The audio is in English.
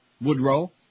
Woodrow